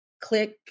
click